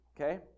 okay